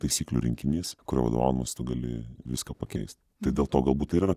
taisyklių rinkinys kuriuo vadovaudamasis tu gali viską pakeist tai dėl to galbūt yra